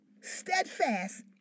steadfast